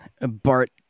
Bart